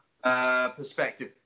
Perspective